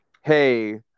hey